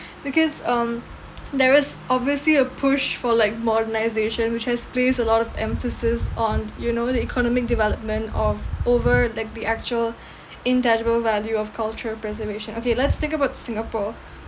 because um there is obviously a push for like modernization which has placed a lot of emphasis on you know the economic development of over like the actual intangible value of cultural preservation okay let's talk about singapore